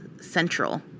central